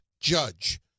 Judge